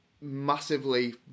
massively